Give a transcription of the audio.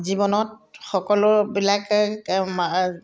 জীৱনত সকলোবিলাকে